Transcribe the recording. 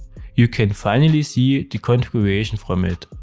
you can finally see the configuration from it.